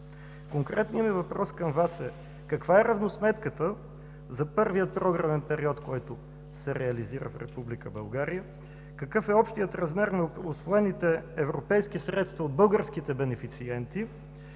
Конкретният ми въпрос към Вас е: каква е равносметката за първия програмен период, който се реализира в Република България? Какъв е общият размер на усвоените европейски средства от българските бенефициенти?